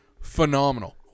phenomenal